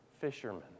fishermen